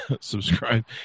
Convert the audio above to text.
subscribe